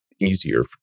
easier